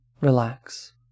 Relax